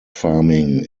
farming